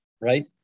right